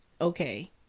okay